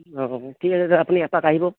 অ ঠিক আছে আপুনি এপাক আহিব